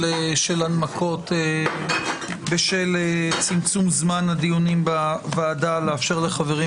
הנמקות בשל צמצום זמן הדיונים בוועדה לאפשר לחברים